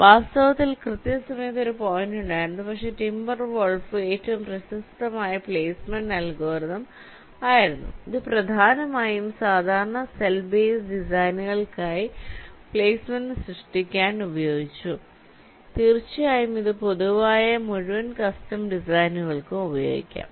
വാസ്തവത്തിൽ കൃത്യസമയത്ത് ഒരു പോയിന്റുണ്ടായിരുന്നു പക്ഷേ ടിംബർവോൾഫ് ഏറ്റവും പ്രശസ്തമായ പ്ലേസ്മെന്റ് അൽഗോരിതം ആയിരുന്നു ഇത് പ്രധാനമായും സാധാരണ സെൽ ബേസ് ഡിസൈനുകൾക്കായി പ്ലെയ്സ്മെന്റ് സൃഷ്ടിക്കാൻ ഉപയോഗിച്ചു തീർച്ചയായും ഇത് പൊതുവായ മുഴുവൻ കസ്റ്റം ഡിസൈനുകൾക്കും ഉപയോഗിക്കാം